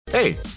Hey